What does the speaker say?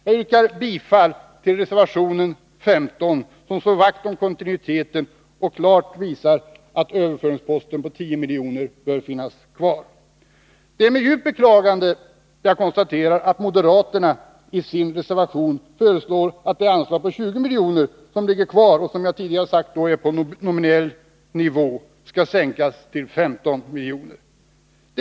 Jag yrkar bifall till reservation 15, som slår vakt om kontinuiteten och klart visar att överföringsposten på 10 milj.kr. bör finnas kvar. Det är med djupt beklagande jag konstaterar att moderaterna i sin reservation föreslår att det anslag på 20 milj.kr. som ligger kvar, och som jag tidigare har sagt ligger på nominell nivå, skall sänkas till 15 milj.kr.